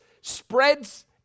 spreads